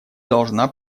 должна